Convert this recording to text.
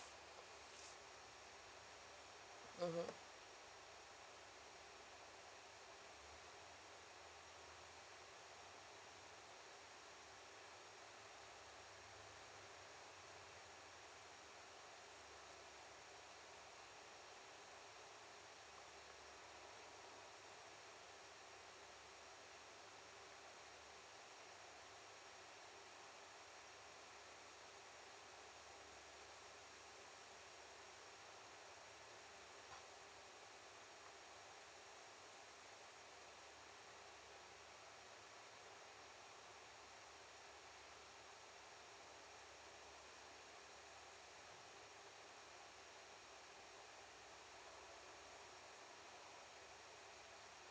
mmhmm